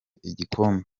igikombe